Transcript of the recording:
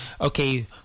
okay